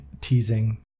teasing